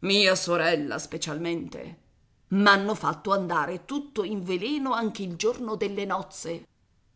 mia sorella specialmente m'hanno fatto andare tutto in veleno anche il giorno delle nozze